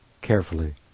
Carefully